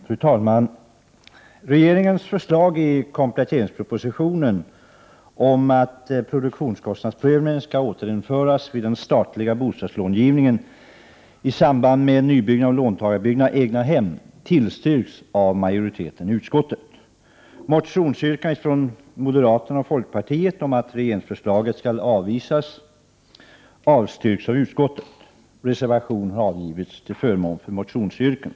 Fru talman! Regeringens förslag i kompletteringspropositionen om att produktionskostnadsprövningen skall återinföras vid den statliga bostadslångivningen i samband med nybyggnad av låntagarbyggda egnahem tillstyrks av majoriteten i utskottet. Motionsyrkanden från moderaterna och folkpartiet om att regeringsförslaget skall avvisas avstyrks av utskottet. Reservation har avgivits till förmån för motionsyrkandena.